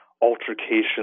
altercations